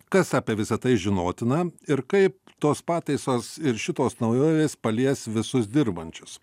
kas apie visa tai žinotina ir kaip tos pataisos ir šitos naujovės palies visus dirbančius